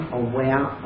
aware